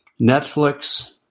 Netflix